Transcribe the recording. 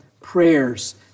prayers